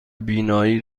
بینایی